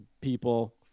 people